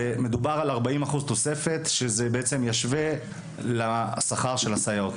מדובר על 40% תוספת שזה בעצם ישווה לשכר של הסייעות,